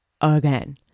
again